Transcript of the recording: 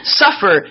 suffer